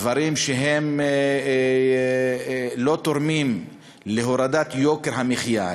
דברים שלא תורמים להורדת יוקר המחיה,